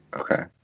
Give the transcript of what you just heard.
Okay